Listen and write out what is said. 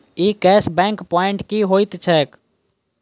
ई cash back point की होइत छैक?